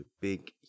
big